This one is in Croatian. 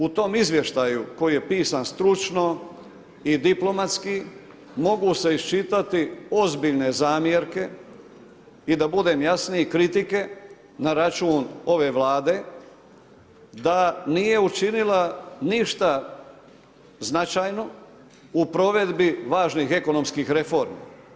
U tom izvještaju koji je pisan stručno i diplomatski, mogu se iščitati ozbiljne zamjerke i da budem jasniji kritike na računa ove Vlade, da nije učinila ništa značajno u provedbi važnih ekonomskih reformi.